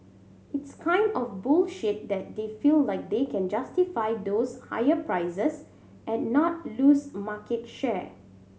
it's kind of bullish that they feel like they can justify those higher prices and not lose market share